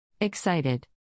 Excited